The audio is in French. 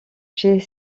chez